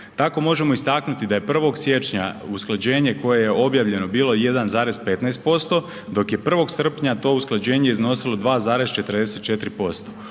Tako možemo istaknuti da je 1. siječnja usklađenje koje je objavljeno bilo 1,15% dok je 1. srpnja to usklađenje iznosilo 2,44%.